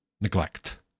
neglect